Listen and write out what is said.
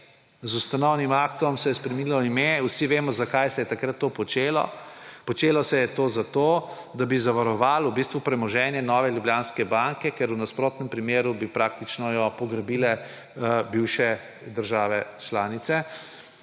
z ustanovnim aktom se je spremenilo ime, vsi vemo, zakaj se je takrat to počelo. Počelo se je to zato, da bi zavarovali premoženje Nove Ljubljanske banke, ker bi jo v nasprotnem primeru praktično pograbile bivše države članice.